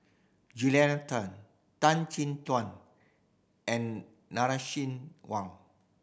Julia Tan Tan Chin Tuan and Nai Swee Leng